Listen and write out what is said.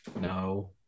No